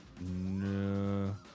no